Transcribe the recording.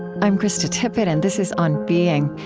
i'm krista tippett, and this is on being.